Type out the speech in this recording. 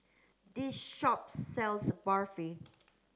this shop sells Barfi